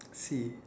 see